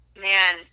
man